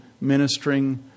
ministering